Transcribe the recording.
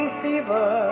fever